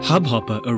Hubhopper